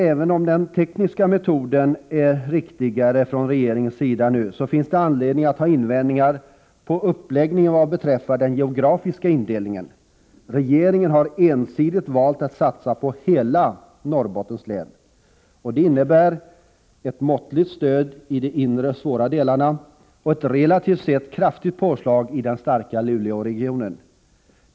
Även om regeringens nuvarande tekniska metod är bättre finns det anledning att göra invändningar mot regeringens uppläggning vad beträffar den geografiska indelningen. Regeringen har ensidigt valt att satsa på hela Norrbottens län. Det innebär ett måttligt stöd i de inre, svårt utsatta delarna och ett relativt sett kraftigt påslag i den starka Luleåregionen.